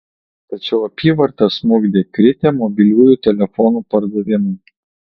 tačiau apyvartą smukdė kritę mobiliųjų telefonų pardavimai